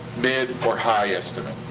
mid or high estimate.